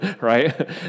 right